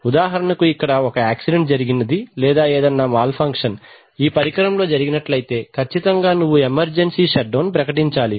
ఉదాహరణకు ఇక్కడ ఒక యాక్సిడెంట్ జరిగినది లేదా ఏదన్నా మాల్ ఫంక్షన్ ఈ పరికరంలో జరిగినట్లయితే కచ్చితంగా నువ్వు ఎమర్జెన్సీ షట్ డౌన్ ప్రకటించాలి